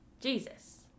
Jesus